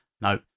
No